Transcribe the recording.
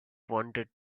wanted